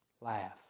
laugh